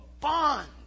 bond